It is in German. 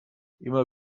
immer